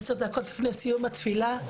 עשר דקות לפני סיום התפילה,